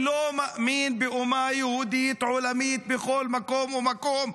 לא מאמין באומה יהודית עולמית בכל מקום ומקום,